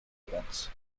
events